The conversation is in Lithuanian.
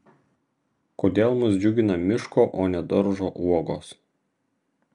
kodėl mus džiugina miško o ne daržo uogos